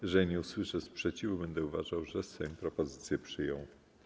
Jeżeli nie usłyszę sprzeciwu, będę uważał, że Sejm propozycje przyjął.